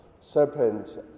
Serpent